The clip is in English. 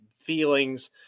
feelings